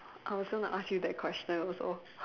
I was gonna ask you that question also